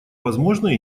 возможно